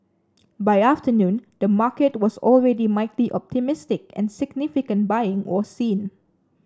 by afternoon the market was already mildly optimistic and significant buying was seen